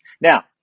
Now